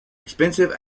expensive